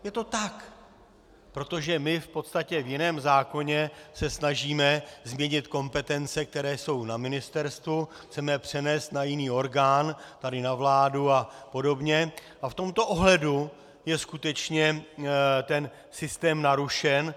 Je to tak, protože my v podstatě v jiném zákoně se snažíme změnit kompetence, které jsou na ministerstvu, chceme je přenést na jiný orgán, tady na vládu apod., a v tomto ohledu je skutečně ten systém narušen.